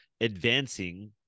advancing